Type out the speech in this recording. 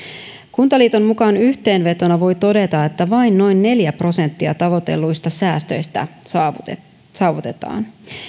kuntaliiton mukaan yhteenvetona voi todeta että vain noin neljä prosenttia tavoitelluista säästöisä saavutetaan saavutetaan